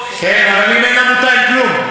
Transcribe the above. כן, אבל אם אין עמותה, אין כלום.